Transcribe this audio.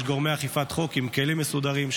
ויש גורמי אכיפת חוק עם כלים מסודרים,